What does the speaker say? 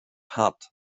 hart